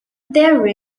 there